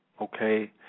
okay